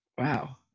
Wow